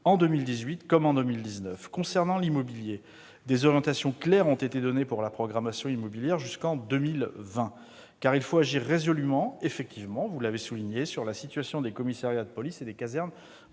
en 2018, comme en 2019. Concernant l'immobilier, des orientations claires ont été données pour la programmation immobilière jusqu'en 2020. En effet, il faut agir résolument, comme vous l'avez souligné, sur la situation des commissariats de police et des casernes